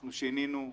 אנחנו שינינו.